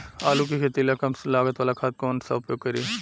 आलू के खेती ला कम लागत वाला खाद कौन सा उपयोग करी?